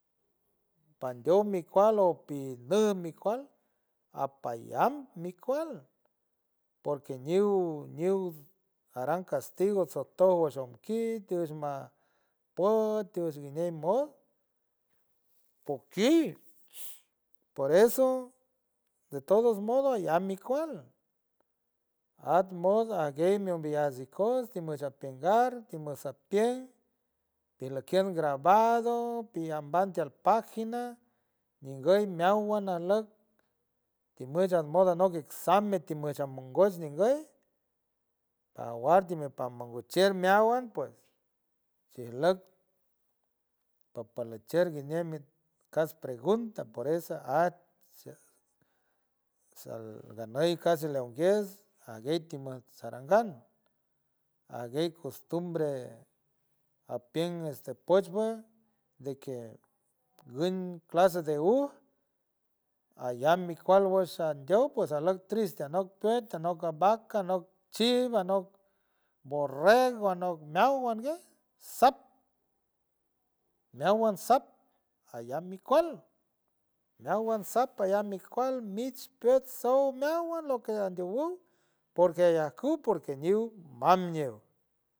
Pandiom mi kual opi mee mi kual apllam mi kual porque ñiw-ñiw aran castiw atsojtow washom kit tiushma pot tiushguiñe mod poki por eso de todos modo iyac mi kual at mod ajgue mi ümbeyajts ikos timosh apiengar timosh apien tijlekien grabado piyam ban tiel pagina ninguey meawan ajlock timush aj mod anok ixamen timush amongoch ninguey pawar timi pangomonchier meawan pues chijlock paparlichier guiñe mi cas pregunta por es at salganey cas leonguies ajguey timos sarangan ajguey costumbre apien este poch pues de que guñ clase de uj ayam mi kual wesh andiok pues ajlock triste anok püt, anok vaca, anok chivo, anok borrego, anok meawan gue sap meawan sak ayam mi kual meawan sak ayam mi kual mich, püet, sow, meawan lo que andiowuw porque ajcuk porque ñiw mam ñiw.